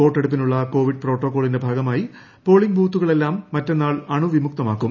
വോട്ടെടുപ്പിനുള്ള കോവിഡ് പ്രോട്ടോക്കോളിന്റെ ഭാഗമായി പോളിങ് ബൂത്തുകളെല്ലാം മറ്റുന്നാൾ അണുവിമുക്തമാക്കും